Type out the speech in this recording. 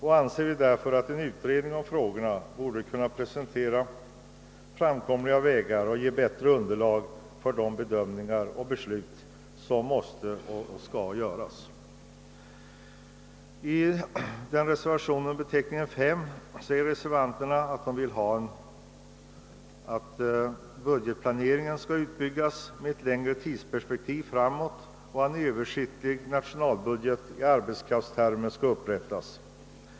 Vi anser därför att en utredning om dessa frågor borde kunna presentera framkomliga vägar och ge bättre underlag för de bedömningar som skall göras och de beslut som skall fattas. I reservationen 5 säger reservanterna att de vill att budgetplaneringen skall utbyggas med ett längre tidsperspektiv framåt och att en översiktlig nationalbudget i arbetskraftstermer skall upprättas.